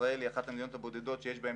וישראל היא אחת המדינות הבודדות שיש בהן